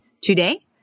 Today